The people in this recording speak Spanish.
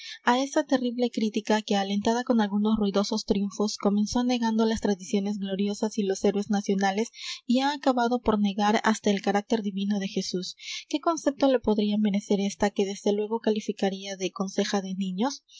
á esa terrible crítica que alentada con algunos ruidosos triunfos comenzó negando las tradiciones gloriosas y los héroes nacionales y ha acabado por negar hasta el carácter divino de jesús qué concepto le podría merecer esta que desde luego calificaría de conseja de niños